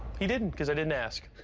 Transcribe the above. he didn't. cause i didn't ask.